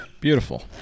beautiful